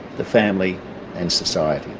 the family and society.